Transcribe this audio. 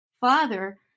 father